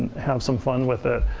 have some fun with it.